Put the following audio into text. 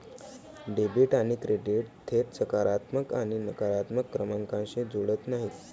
debit आणि credit थेट सकारात्मक आणि नकारात्मक क्रमांकांशी जुळत नाहीत